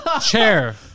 chair